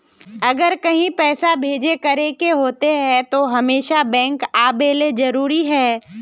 अगर कहीं पैसा भेजे करे के होते है तो हमेशा बैंक आबेले जरूरी है?